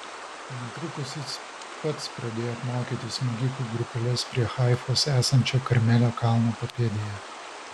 netrukus jis pats pradėjo apmokyti smogikų grupeles prie haifos esančio karmelio kalno papėdėje